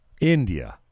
India